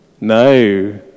No